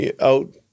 out